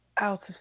out